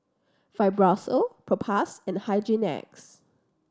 Fibrosol Propass and Hygin X